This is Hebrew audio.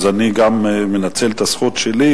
אז אני גם מנצל את הזכות שלי,